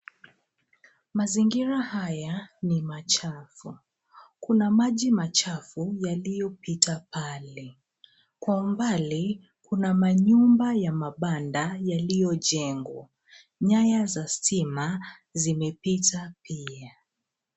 Mazingira haya ni machafu. Kuna maji machafu yaliyopita pale. Kwa mbali kuna manyumba ya mabanda yaliyojengwa. nyaya za stima zimepita pia.